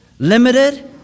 limited